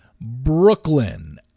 Brooklyn